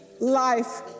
life